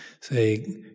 say